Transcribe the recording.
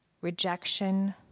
rejection